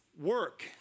work